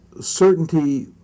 certainty